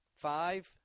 five